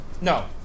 No